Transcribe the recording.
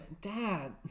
Dad